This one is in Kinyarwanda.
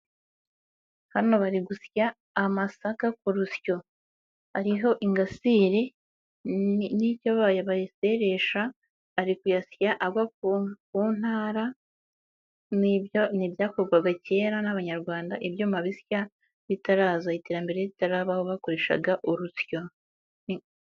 Hano bari gusya amasaka ku rusyo hariho ingasire n'ibyo bayiseresha, ari kuyasya agwa ku ntara, ni ibyakorwaga kera n'abanyarwanda ibyuma bisya bitaraza iterambere ritarabaho bakoreshaga urusyo.